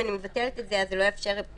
אם אני מבטלת את זה אז זה לא יאפשר לי